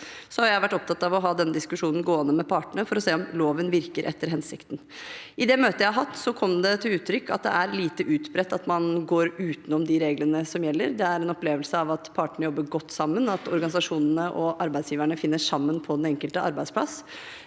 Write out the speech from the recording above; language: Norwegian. har jeg vært opptatt av å ha denne diskusjonen gående med partene for å se om loven virker etter hensikten. I det møtet jeg har hatt, kom det til uttrykk at det er lite utbredt at man går utenom de reglene som gjelder. Det er en opplevelse av at partene jobber godt sammen, og at organisasjonene og arbeidsgiverne finner sammen på den enkelte arbeidsplass.